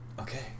Okay